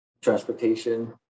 transportation